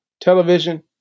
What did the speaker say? television